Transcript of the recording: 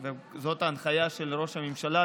זו ההנחיה של ראש הממשלה,